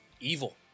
evil